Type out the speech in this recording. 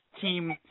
team